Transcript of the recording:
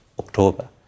October